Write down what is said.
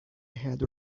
had